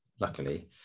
luckily